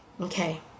Okay